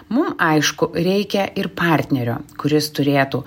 mum aišku reikia ir partnerio kuris turėtų